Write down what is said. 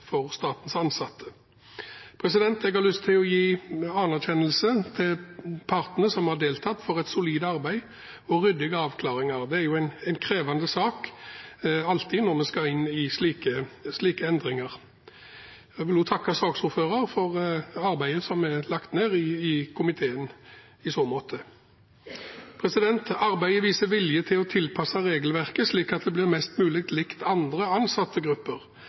for statens ansatte. Jeg har lyst til å gi anerkjennelse til partene som har deltatt, for et solid arbeid og ryddige avklaringer. Det er jo alltid en krevende sak når vi skal inn i slike endringer. Jeg vil også takke saksordføreren for arbeidet som er lagt ned i komiteen i så måte. Arbeidet viser vilje til å tilpasse regelverket slik at det blir mest mulig likt andre